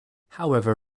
however